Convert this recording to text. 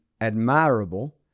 admirable